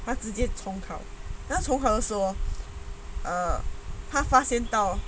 他直接重考 then 他重考的时候 err 他发现到